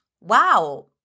Wow